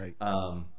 right